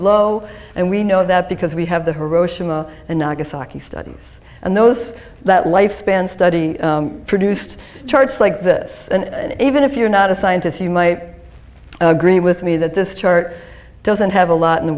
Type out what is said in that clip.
low and we know that because we have the hiroshima and nagasaki studies and those that lifespan study produced charts like this and even if you're not a scientist you might agree with me that this chart doesn't have a lot in